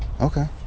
Okay